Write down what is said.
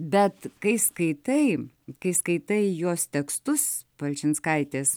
bet kai skaitai kai skaitai jos tekstus palčinskaitės